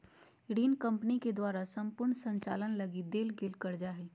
ऋण कम्पनी के द्वारा सम्पूर्ण संचालन लगी देल गेल कर्जा हइ